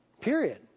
Period